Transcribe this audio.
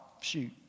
Shoot